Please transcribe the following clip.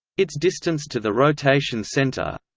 its distance to the rotation center,